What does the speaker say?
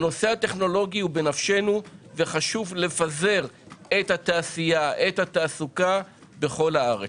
הנושא הטכנולוגי הוא בנפשנו וחשוב לפזר את התעשייה והתעסוקה בכל הארץ.